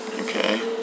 okay